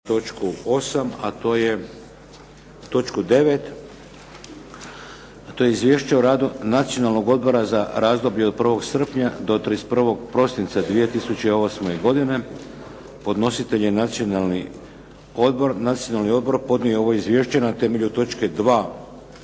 8. i prijeći na točku 9. - Izvješće o radu Nacionalnog odbora za razdoblje od 1. srpnja do 31. prosinca 2008. godine, Predlagatelj: Nacionalni odbor Podnositelj je Nacionalni odbor. Nacionalni odbor podnio je ovo izvješće na temelju točke 2.